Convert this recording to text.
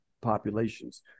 populations